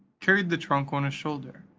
carried the trunk on his shoulder,